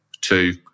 Two